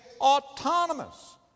autonomous